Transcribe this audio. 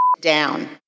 down